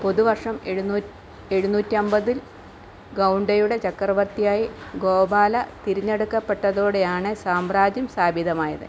പൊതുവർഷം എഴുന്നൂറ്റിയൻപതിൽ ഗൗണ്ടയുടെ ചക്രവർത്തിയായി ഗോപാല തിരഞ്ഞെടുക്കപ്പെട്ടതോടെയാണ് സാമ്രാജ്യം സ്ഥാപിതമായത്